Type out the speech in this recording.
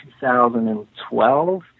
2012